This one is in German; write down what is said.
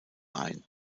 ein